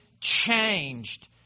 changed